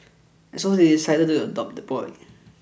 and so they decided to adopt the boy